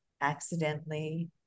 accidentally